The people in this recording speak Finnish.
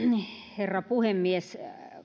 herra puhemies